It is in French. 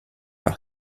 par